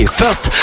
first